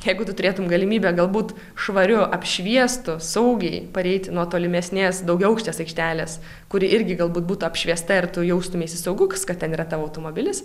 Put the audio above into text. jeigu tu turėtum galimybę galbūt švariu apšviestu saugiai pareiti nuo tolimesnės daugiaaukštės aikštelės kuri irgi galbūt būtų apšviesta ir tu jaustumeisi sauguks kad ten yra tavo automobilis